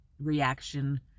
reaction